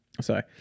Sorry